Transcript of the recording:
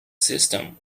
system